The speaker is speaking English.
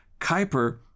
Kuiper